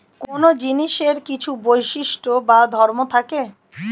কোন জিনিসের কিছু বৈশিষ্ট্য বা ধর্ম থাকে